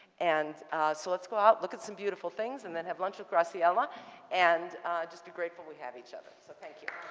and so let's go out, look at some beautiful things and then have lunch with graciela and just be grateful we have each other. so thank you.